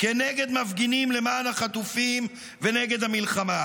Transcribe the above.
כנגד מפגינים למען החטופים ונגד המלחמה,